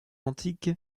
antique